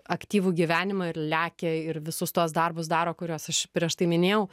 aktyvų gyvenimą ir lekia ir visus tuos darbus daro kuriuos aš prieš tai minėjau